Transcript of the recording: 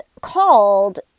called